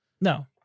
No